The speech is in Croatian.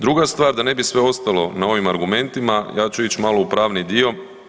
Druga stvar, da ne bi sve ostalo na ovim argumentima ja ću ići malo u pravni dio.